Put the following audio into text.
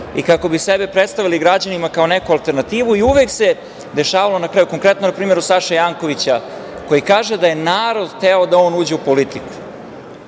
i kako bi sebe predstavili građanima kao neku alternativu. Uvek se dešavalo na kraju, konkretno npr. Saše Jankovića koji kaže da je narod hteo da on uđe u politiku.